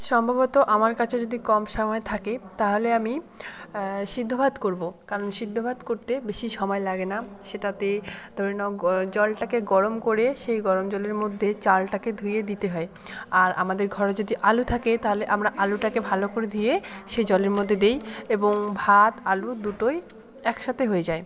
সম্ভবত আমার কাছে যদি কম সাময় থাকে তাহলে আমি সিদ্ধ ভাত করবো কারণ সিদ্ধ ভাত করতে বেশি সময় লাগে না সেটাতে ধরে নাও গ জলটাকে গরম করে সেই গরম জলেরম ধ্যে চালটাকে ধুয়ে দিতে হয় আর আমাদের ঘরে যদি আলু থাকে তালে আমরা আলুটাকে ভালো করে ধুয়ে সেই জলের মধ্যে দেই এবং ভাত আলু দুটোই এক সাথে হয়ে যায়